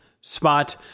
spot